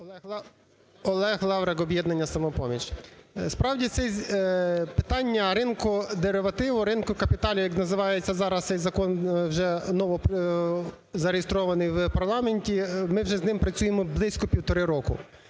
Олег Лаврик, "Об'єднання "Самопоміч". Справді, питання ринку деривативу, ринку капіталів, як називається зараз цей закон, вже зареєстрований в парламенті, ми вже з ними працюємо близько півтора року.